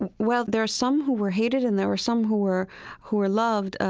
and well, there's some who were hated, and there were some who were who were loved.